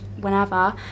whenever